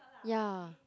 ya